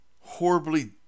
horribly